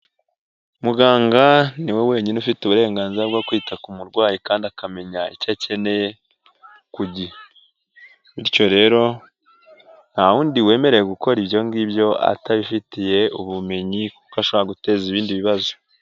Muganga niwe wenyine ufite uburenganzira bwo kwita ku murwayi kandi akamenya icyo akeneye, ku gihe. Bityo rero nta wundi wemerewe gukora ibyo ngibyo atabifitiye ubumenyi kuko ashobora guteza ibindi bibazo.